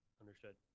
Understood